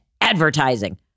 advertising